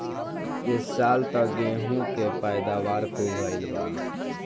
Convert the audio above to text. ए साल त गेंहू के पैदावार खूब भइल बा